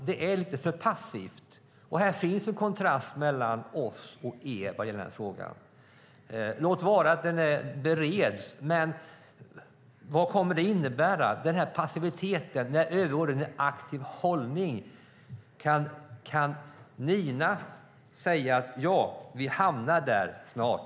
Det är lite för passivt. Här finns en kontrast mellan oss och er. Låt vara att frågan bereds, men vad kommer det att innebära? När övergår den här passiviteten i aktiv hållning? Kan Nina säga: Vi hamnar där snart.